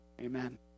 amen